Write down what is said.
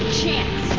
chance